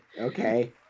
okay